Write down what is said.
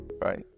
Right